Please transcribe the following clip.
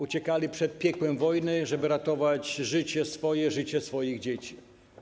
Uciekali przed piekłem wojny, żeby ratować życie swoje, życie swoich dzieci.